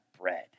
bread